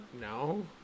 no